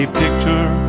picture